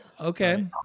Okay